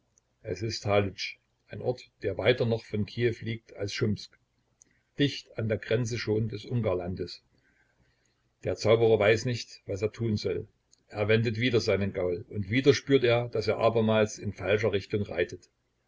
es ist halytsch ein ort der weiter noch von kiew liegt als schumsk dicht an der grenze schon des ungarlandes der zauberer weiß nicht was er tun soll er wendet wieder seinen gaul und wieder spürt er daß er abermals in falscher richtung reitet